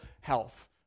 health